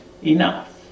enough